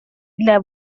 для